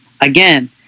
Again